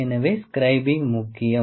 எனவே ஸ்க்ரைபிங் முக்கியம்